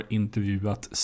intervjuat